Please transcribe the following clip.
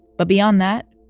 but beyond that,